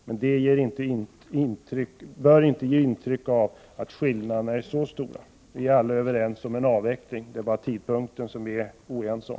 Men det bör inte ge intryck av att skillnaderna är så stora. Vi är alla ense om avveckling av kärnkraften. Det är bara tidpunkten som vi är oense om.